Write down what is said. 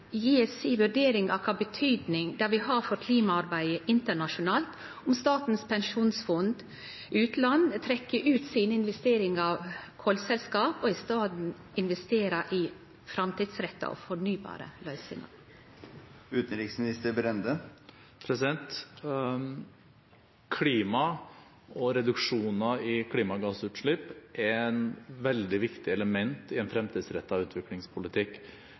si vurdering av kor mykje det vil ha å seie for klimaarbeidet internasjonalt om Statens pensjonsfond utland trekkjer ut sine investeringar frå kolselskap, og i staden investerer i framtidsretta og fornybare løysingar. Klima og reduksjoner i klimagassutslipp er et veldig viktig element i en fremtidsrettet utviklingspolitikk.